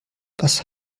was